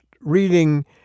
reading